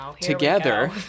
together